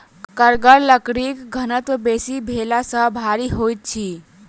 कड़गर लकड़ीक घनत्व बेसी भेला सॅ भारी होइत अछि